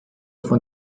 von